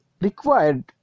required